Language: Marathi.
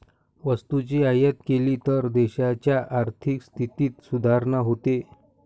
वस्तूची आयात केली तर देशाच्या आर्थिक स्थितीत सुधारणा होते